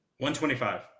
125